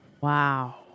Wow